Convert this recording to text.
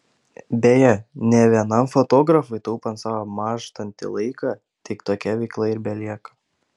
beje ne vienam fotografui taupant savo mąžtantį laiką tik tokia veikla ir belieka